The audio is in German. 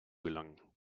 gelangen